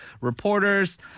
reporters